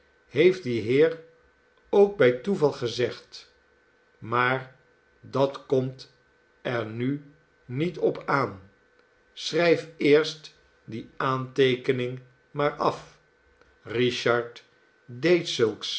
heeft die heer ook bij toeval gezegd maar dat komt er nu niet op aan schrijf eerst die aanteekening maar af richard deed zulks